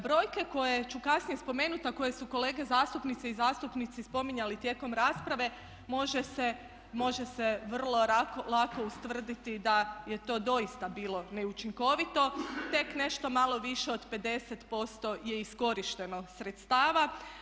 Brojke koje ću kasnije spomenuti, a koje su kolege zastupnice i zastupnici spominjali tijekom rasprave može se vrlo lako ustvrditi da je to doista bilo neučinkovito, tek nešto malo više od 50% je iskorišteno sredstava.